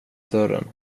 dörren